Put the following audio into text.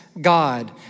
God